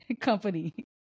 company